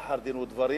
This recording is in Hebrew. לאחר דין ודברים,